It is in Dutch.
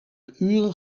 uren